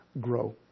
grow